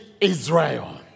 Israel